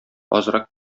азрак